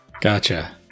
Gotcha